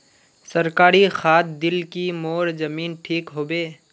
सरकारी खाद दिल की मोर जमीन ठीक होबे?